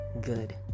good